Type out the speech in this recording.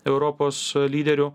europos lyderių